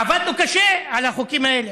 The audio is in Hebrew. עבדנו קשה על החוקים האלה.